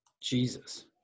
Jesus